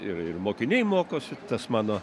ir mokiniai mokosi tas mano